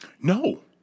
No